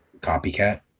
copycat